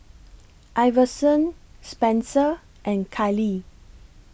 Iverson Spenser and Kailee